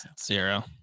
Zero